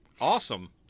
Awesome